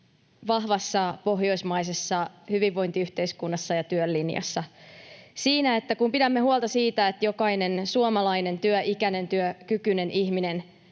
vahvassa pohjoismaisessa hyvinvointiyhteiskunnassa ja työn linjassa — siinä, että kun pidämme huolta siitä, että jokainen suomalainen työikäinen ja työkykyinen ihminen